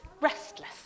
restless